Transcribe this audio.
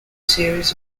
series